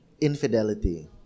Infidelity